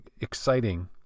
exciting